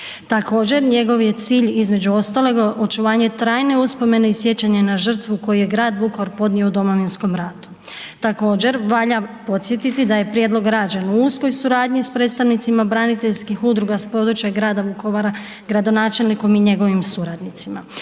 Također njegov je cilj između ostaloga očuvanje trajne uspomene i sjećanja na žrtvu koju je Grad Vukovar podnio u Domovinskom ratu. Također valja podsjetiti da je prijedlog rađen u uskoj suradnji s predstavnicima braniteljskih udruga s područja Grada Vukovara, gradonačelnikom i njegovim suradnicima.